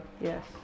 Yes